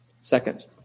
second